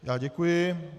Já děkuji.